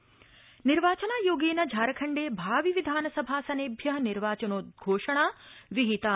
झारखंड निर्वाचन निर्वाचनायोगेन झारखण्डे भावि विधानसभासनेभ्य निर्वाचनोद्वोषणा विहिता